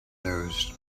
news